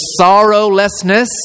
sorrowlessness